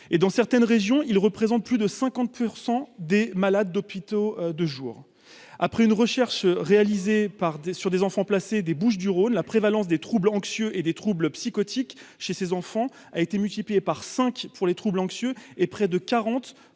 et dans certaines régions, ils représentent plus de 50 % des malades d'hôpitaux de jour après une recherche réalisée par des sur des enfants placés des Bouches-du-Rhône, la prévalence des troubles anxieux et des troubles psychotiques chez ses enfants, a été multiplié par 5 pour les troubles anxieux et près de 40 pour les troubles